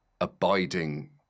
abiding